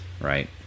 right